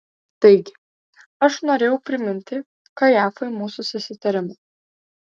taigi aš norėjau priminti kajafui mūsų susitarimą